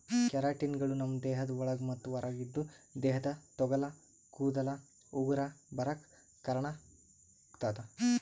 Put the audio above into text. ಕೆರಾಟಿನ್ಗಳು ನಮ್ಮ್ ದೇಹದ ಒಳಗ ಮತ್ತ್ ಹೊರಗ ಇದ್ದು ದೇಹದ ತೊಗಲ ಕೂದಲ ಉಗುರ ಬರಾಕ್ ಕಾರಣಾಗತದ